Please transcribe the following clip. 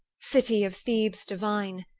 city of thebes divine,